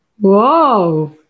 Whoa